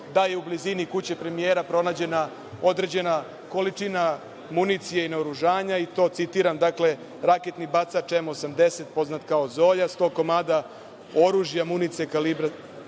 da je u blizini kuće premijera pronađena određena količina municije i naoružanja i to, citiram – raketni bacač M80, poznat kao zolja, sto komada oružja i municije kalibra